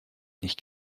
nicht